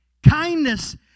Kindness